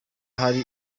hari